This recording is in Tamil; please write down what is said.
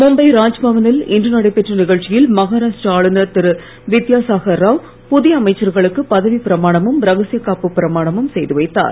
மும்பை ராஜ்பவனில் இன்று நடைபெற்ற நிகழ்ச்சியில் மகாராஷ்டிர ஆளுநர் திரு வித்யாசாகர் ராவ் புதிய அமைச்சர்களுக்கு பதவி பிரமானமும் ரகசிய காப்பு பிரமானமும் செய்து வைத்தார்